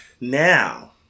Now